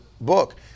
book